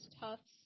Tufts